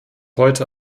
heute